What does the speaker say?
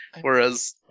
Whereas